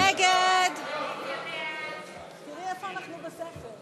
סעיף תקציבי 15, משרד